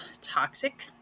toxic